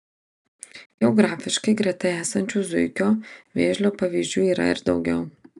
geografiškai greta esančių zuikio vėžlio pavyzdžių yra ir daugiau